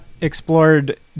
explored